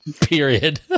period